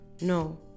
no